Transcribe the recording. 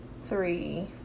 three